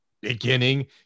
beginning